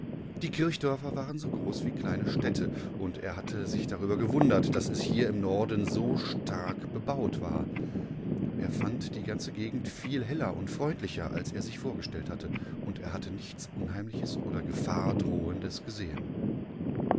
die kirchdörfer waren so groß wie kleine städte und er hatte sich darüber gewundert daß es hier im norden so stark bebaut war er fand die ganze gegend viel heller und freundlicher als er es sich vorgestellt hatte und er hattenichtsunheimlichesodergefahrdrohendesgesehen